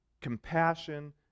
Compassion